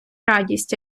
радість